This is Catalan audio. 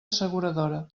asseguradora